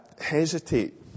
hesitate